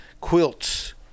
quilts